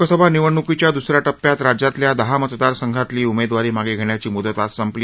लोकसभा निवडण्कीच्या द्रस या टप्प्यात राज्यातल्या दहा मतदार संघातली उमेदवारी मागे घेण्याची म्दत आज संपली